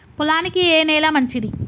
పొలానికి ఏ నేల మంచిది?